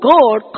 God